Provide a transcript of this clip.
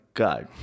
god